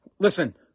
Listen